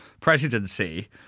presidency